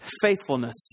faithfulness